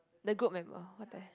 the group member what the hell